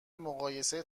مقایسه